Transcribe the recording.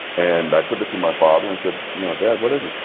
and i took it to my father and said, you know, dad, what is it?